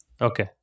Okay